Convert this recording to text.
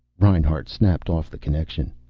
reinhart snapped off the connection.